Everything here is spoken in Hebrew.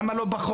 למה לא פחות?